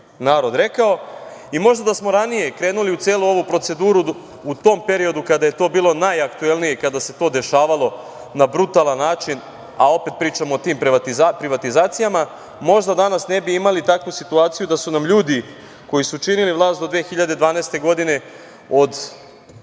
narod rekao. Možda da smo ranije krenuli u celu ovu proceduru u tom periodu kada je to bilo najaktuelnije i kada se to dešavalo na brutalan način, a opet pričam o tim privatizacijama, možda danas ne bi imali takvu situaciju da su nam ljudi koji su činili vlast do 2012. godine, od